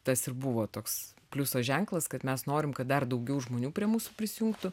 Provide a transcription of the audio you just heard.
tas ir buvo toks pliuso ženklas kad mes norim kad dar daugiau žmonių prie mūsų prisijungtų